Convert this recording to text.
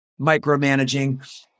micromanaging